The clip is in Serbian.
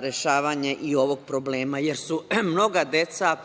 rešavanje i ovog problema, jer su mnoga deca